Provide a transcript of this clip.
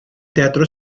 teatro